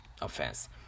offense